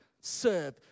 serve